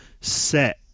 set